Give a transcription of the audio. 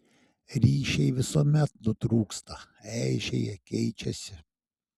ryšiai visuomet nutrūksta eižėja keičiasi